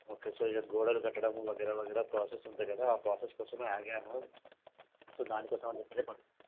okay so ఇక గోడలు కట్టడము వగైరా వగైరా ప్రోసెస్ ఉంటాయి కదా ఆ ప్రోసెస్ కోసం ఆగినాను సో దాని కోసం అని చెప్పి